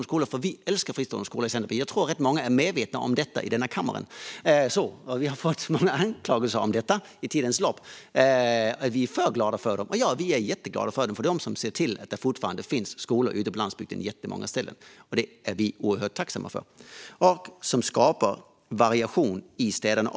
Centerpartiet älskar fristående skolor, och jag tror att rätt många är medvetna om detta i denna kammare. Vi har fått många anklagelser under tidens lopp om att vi är för glada för dem, och ja - vi är jätteglada, för det är de som ser till att det fortfarande finns skolor ute på landsbygden på jättemånga ställen, och det är vi oerhört tacksamma för. De skapar också variation i städerna.